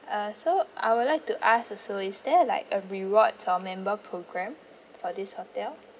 uh so I would like to ask also is there like a rewards or member programme for this hotel